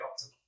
optimal